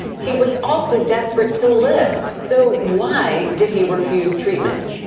he was also desperate to live, so why did he refuse treatment?